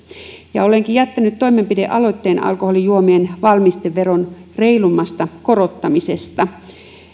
olenkin jättänyt toimenpidealoitteen alkoholijuomien valmisteveron reilummasta korottamisesta